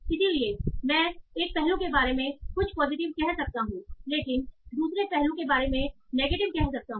इसलिए मैं एक पहलू के बारे में कुछ पॉजिटिव कह सकता हूं लेकिन दूसरे पहलू के बारे में नेगेटिव कह सकता हूं